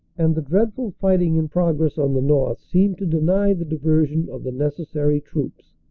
and the dreadful fighting in progress on the north seemed to deny the diversion of the necessary troops.